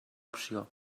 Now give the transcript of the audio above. opció